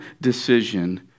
decision